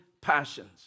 passions